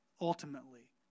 Ultimately